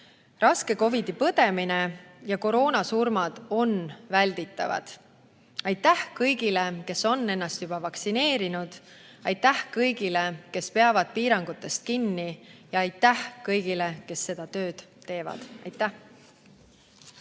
raske põdemine ja koroonasurmad on välditavad. Aitäh kõigile, kes on juba vaktsineeritud! Aitäh kõigile, kes peavad piirangutest kinni! Aitäh kõigile, kes seda tööd teevad! Aitäh!